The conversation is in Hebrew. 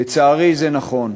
לצערי זה נכון.